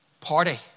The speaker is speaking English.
party